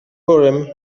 urim